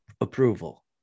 approval